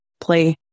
play